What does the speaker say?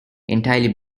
entirely